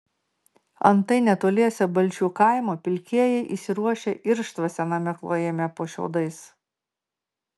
antai netoliese balčių kaimo pilkieji įsiruošę irštvą sename klojime po šiaudais